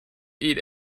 eat